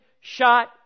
shot